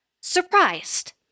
surprised